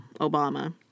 Obama